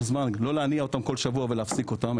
זמן לא להניע אותן בכל שבוע ולהפסיק אותן,